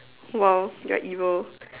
!wow! you're evil